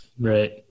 Right